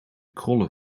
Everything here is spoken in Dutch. krollen